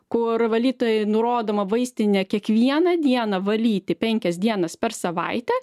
kur valytojai nurodoma vaistinę kiekvieną dieną valyti penkias dienas per savaitę